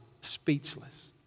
speechless